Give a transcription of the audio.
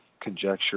conjecture